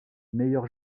meilleur